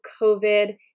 COVID